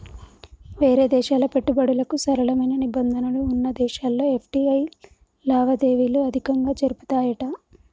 వేరే దేశాల పెట్టుబడులకు సరళమైన నిబంధనలు వున్న దేశాల్లో ఎఫ్.టి.ఐ లావాదేవీలు అధికంగా జరుపుతాయట